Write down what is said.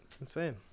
insane